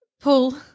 Pull